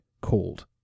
called